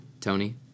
Tony